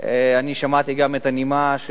אני שמעתי גם את הנימה,